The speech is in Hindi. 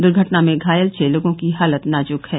दुर्घटना में घायल छ लोगों की हालत नाजुक है